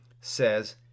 says